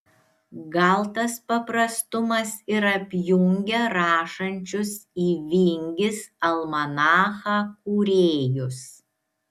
gal tas paprastumas ir apjungia rašančius į vingis almanachą kūrėjus